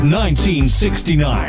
1969